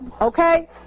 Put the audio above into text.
okay